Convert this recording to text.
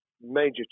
major